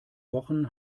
wochen